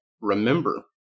remember